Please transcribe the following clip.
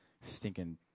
stinking